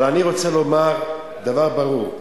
אבל אני רוצה לומר דבר ברור: